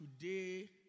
today